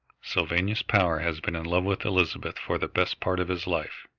sylvanus power has been in love with elizabeth for the best part of his life.